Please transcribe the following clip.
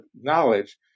knowledge